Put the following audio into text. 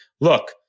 Look